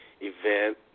event